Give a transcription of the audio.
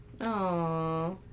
Aw